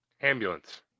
Ambulance